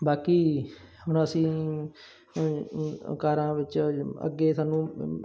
ਬਾਕੀ ਹੁਣ ਅਸੀਂ ਕਾਰਾਂ ਵਿੱਚ ਅੱਗੇ ਸਾਨੂੰ